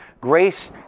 grace